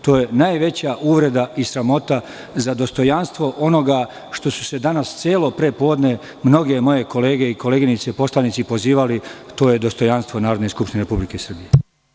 To je najveća uvreda i sramota za dostojanstvo onoga na šta su se danas celo prepodne mnoge moje kolege i koleginice poslanici pozivali, to je dostojanstvo Narodne skupštine Republike Srbije.